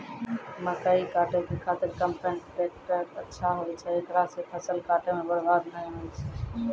मकई काटै के खातिर कम्पेन टेकटर अच्छा होय छै ऐकरा से फसल काटै मे बरवाद नैय होय छै?